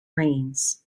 rains